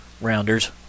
rounders